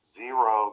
zero